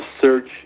search